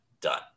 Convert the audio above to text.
Done